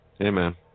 Amen